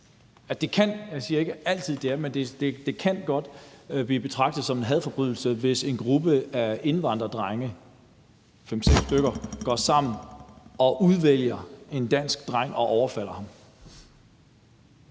det altid gør det – som en hadforbrydelse, hvis en gruppe af indvandrerdrenge, fem-seks stykker, går sammen og udvælger en dansk dreng og overfalder ham.